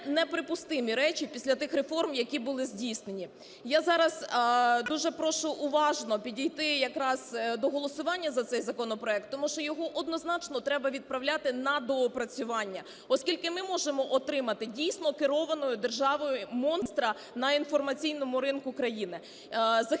неприпустимі речі після тих реформ, які були здійснені. Я зараз дуже прошу уважно підійти якраз до голосування за цей законопроект, тому що його однозначно треба відправляти на доопрацювання, оскільки ми можемо отримати, дійсно, керованого державою монстра на інформаційному ринку країни.